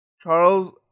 Charles